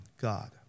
God